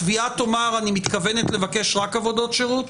התביעה תאמר: אני מתכוונת לבקש רק עבודות שירות?